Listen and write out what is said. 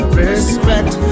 respect